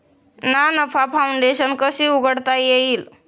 ना नफा फाउंडेशन कशी उघडता येईल?